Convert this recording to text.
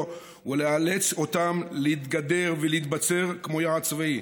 ולאלץ אותם להתגדר ולהתבצר כמו יעד צבאי,